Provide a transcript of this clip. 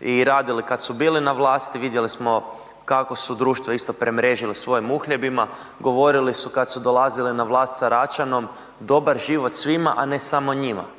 i radili kad su bili na vlasti. Vidjeli smo kako su društvo isto premrežili svojim uhljebima. Govorili su kad su dolazili na vlast sa Račanom dobar život svima, a ne samo njima,